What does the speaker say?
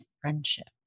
friendship